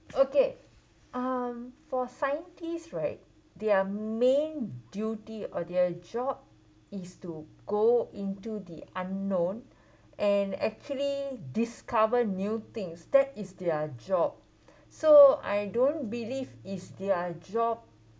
okay um for scientists right their main duty or their job is to go into the unknown and actually discover new things that is their job so I don't believe is their job